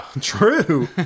true